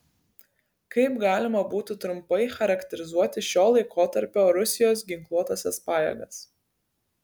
kaip galima būtų trumpai charakterizuoti šio laikotarpio rusijos ginkluotąsias pajėgas